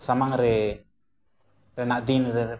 ᱥᱟᱢᱟᱝᱨᱮ ᱨᱮᱱᱟᱜ ᱫᱤᱱᱨᱮ